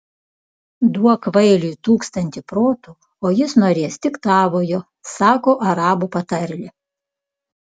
duok kvailiui tūkstantį protų o jis norės tik tavojo sako arabų patarlė